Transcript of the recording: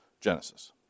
Genesis